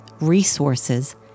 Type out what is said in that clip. resources